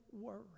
worry